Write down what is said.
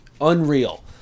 unreal